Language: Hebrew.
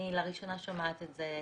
אני לראשונה שומעת את זה.